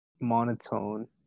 monotone